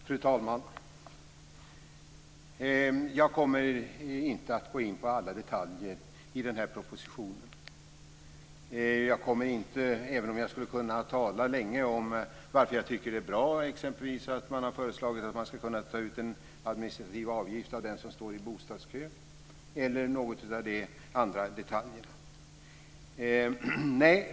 Fru talman! Jag kommer inte att gå in på alla detaljer i propositionen. Även om jag skulle kunna det kommer jag inte att tala länge om varför jag tycker att det är bra att det exempelvis har föreslagits att man ska kunna ta ut en administrativ avgift av den som står i bostadskö eller andra detaljer.